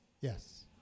Yes